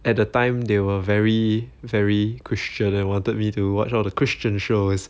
at the time they were very very christian and wanted me to watch all the christian shows